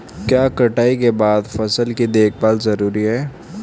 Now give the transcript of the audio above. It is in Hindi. क्या कटाई के बाद फसल की देखभाल जरूरी है?